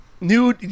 New